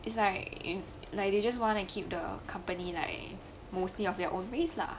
it's like like they just wanted to keep the company like mostly of their own race lah